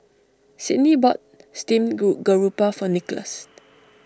Sydney bought Steamed Garoupa for Nickolas